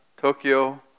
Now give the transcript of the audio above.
Tokyo